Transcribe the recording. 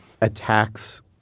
attacks